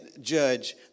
judge